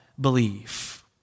belief